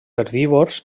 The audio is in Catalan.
herbívors